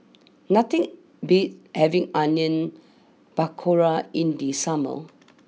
nothing beats having Onion Pakora in the summer